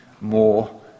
more